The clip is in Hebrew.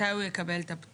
מתי הוא יקבל את הפטור,